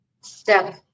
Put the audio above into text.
step